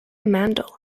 mandel